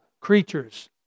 creatures